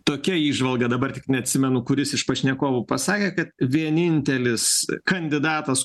tokia įžvalga dabar tik neatsimenu kuris iš pašnekovų pasakė kad vienintelis kandidatas